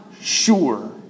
sure